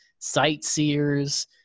sightseers